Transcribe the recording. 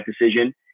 decision